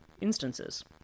instances